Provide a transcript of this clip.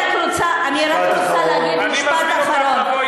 אני רק רוצה לומר משפט אחרון.